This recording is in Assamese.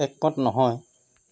একমত নহয়